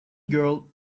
girl